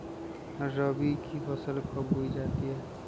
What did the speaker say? रबी की फसल कब बोई जाती है?